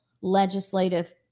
legislative